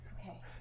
Okay